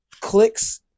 clicks